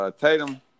Tatum